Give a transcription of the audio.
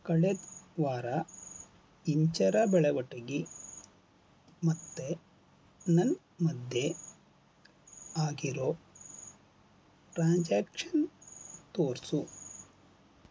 ಕಳೆದ ವಾರ ಇಂಚರ ಬೆಳವಟಗಿ ಮತ್ತು ನನ್ನ ಮಧ್ಯೆ ಆಗಿರೋ ಟ್ರಾನ್ಸ್ಯಾಕ್ಷನ್ ತೋರಿಸು